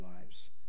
lives